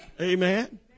Amen